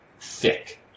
thick